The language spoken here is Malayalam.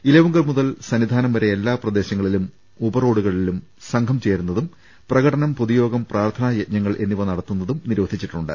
ഇലവുങ്കൽ മുതൽ സന്നിധാനം വരെ എല്ലാ പ്രദേശ ങ്ങളിലും ഉപറോഡുകളിലും സംഘം ചേരുന്നതും പ്രകടനം പൊതുയോഗം പ്രാർഥനാ യജ്ഞങ്ങൾ എന്നിവ നടത്തുന്നതും നിരോധിച്ചിട്ടുണ്ട്